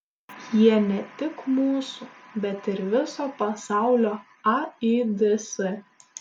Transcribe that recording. jie ne tik mūsų bet ir viso pasaulio aids